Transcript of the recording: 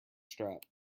strap